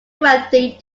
wealthy